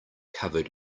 covered